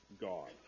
God